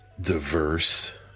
diverse